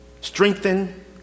strengthen